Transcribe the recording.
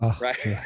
Right